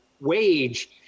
wage